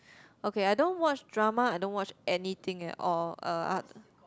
okay I don't watch drama I don't watch anything at all uh ah